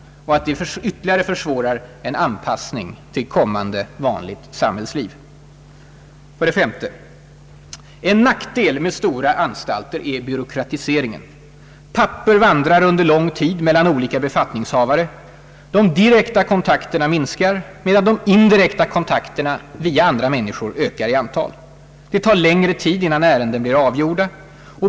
Och det försvårar ytterligare anpassningen till kommande vanligt samhällsliv. 3. En nackdel med stora anstalter är byråkratiseringen. Papper vandrar lång tid mellan olika befattningshavare. De direkta kontakterna minskar, medan de indirekta kontakterna, via andra människor, ökar i antal. Det tar längre tid innan ärenden blir avgjorda.